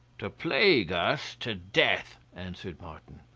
to plague us to death, answered martin.